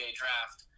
draft